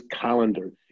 calendar